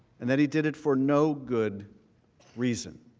and that he did it for no good reason.